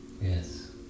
Yes